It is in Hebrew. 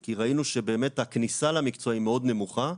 כי ראינו שבאמת הכניסה למקצוע היא מאוד נמוכה,